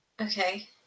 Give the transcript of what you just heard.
Okay